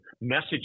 Message